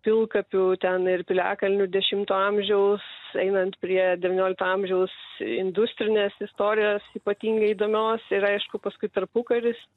pilkapių ten ir piliakalnių dešimto amžiaus einant prie devyniolikto amžiaus industrinės istorijos ypatingai įdomios ir aišku paskui tarpukaris